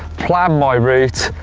plan my route,